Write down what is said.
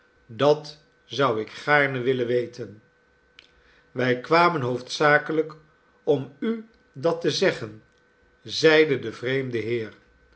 dat zou ik gaarne willen weten wij kwamen hoofdzakelijk om u dat te zeggen zeide de vreemde heer